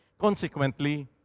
Consequently